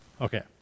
Okay